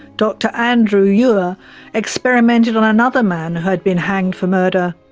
dr andrew ure experimented on another man who had been hanged for murder.